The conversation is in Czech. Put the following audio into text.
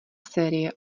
série